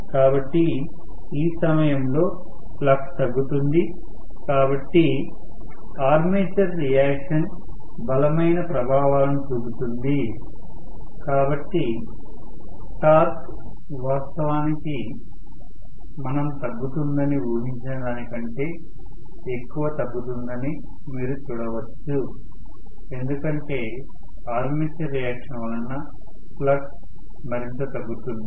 కాబట్టి ఈ సమయంలో ఫ్లక్స్ తగ్గుతుంది కాబట్టి ఆర్మేచర్ రియాక్షన్ బలమైన ప్రభావాలను చూపుతుంది కాబట్టి టార్క్ వాస్తవానికి మనం తగ్గుతుందని ఊహించిన దానికంటే ఎక్కువ తగ్గుతుందని మీరు చూడవచ్చు ఎందుకంటే ఆర్మేచర్ రియాక్షన్ వలన ఫ్లక్స్ మరింత తగ్గుతుంది